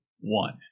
one